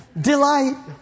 Delight